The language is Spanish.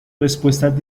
respuestas